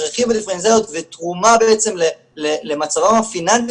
שרכיב הדיפרנציאליות ותרומה למצבם הפיננסי